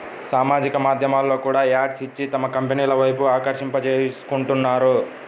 సామాజిక మాధ్యమాల్లో కూడా యాడ్స్ ఇచ్చి తమ కంపెనీల వైపు ఆకర్షింపజేసుకుంటున్నారు